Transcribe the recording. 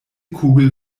kugel